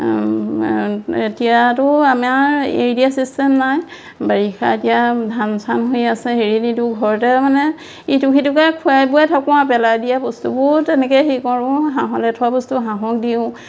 এতিয়াতো আমাৰ এৰি দিয়া চিষ্টেম নাই বাৰিষা এতিয়া ধান চান হৈ আছে এৰি নিদিওঁ ঘৰতে মানে ইটোক সিটোকে খুৱাই বোৱাই থাকোঁ আও পেলাই দিয়া বস্তুবোৰ তেনেকে সি কৰোঁ হাঁহলে থোৱা বস্তু হাঁহক দিওঁ